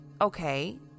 Okay